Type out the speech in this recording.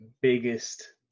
biggest